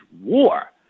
war